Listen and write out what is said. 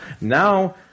Now